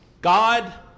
god